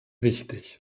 wichtig